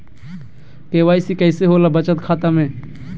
KYC कैसे होला बचत खाता में?